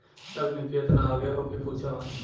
तकनीकी एतना आगे हौ कि पूछा मत